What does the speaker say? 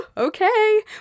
Okay